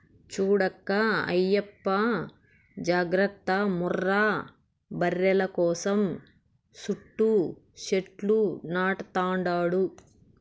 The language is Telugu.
చూడక్కా ఆయప్ప జాగర్త ముర్రా బర్రెల కోసం సుట్టూ సెట్లు నాటతండాడు